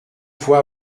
faut